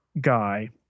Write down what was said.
guy